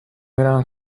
میرم